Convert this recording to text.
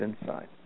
inside